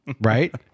Right